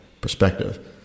perspective